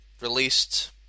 released